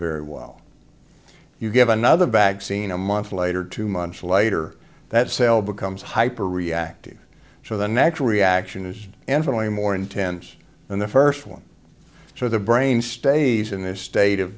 very well you give another bag seen a month later two months later that cell becomes hyper reactive so the natural reaction is infinitely more intense than the first one so the brain stays in this state of